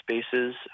spaces